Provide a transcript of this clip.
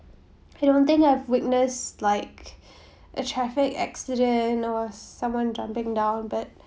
I don't think I've witnessed like a traffic accident or someone jumping down that